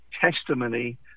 testimony